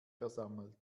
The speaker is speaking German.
versammelt